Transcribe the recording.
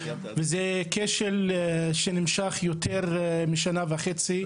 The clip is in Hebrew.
וזה כשל שנמשך יותר משנה וחצי.